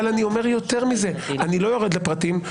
אבל אני אומר יותר מזה אני לא יורד לפרטים.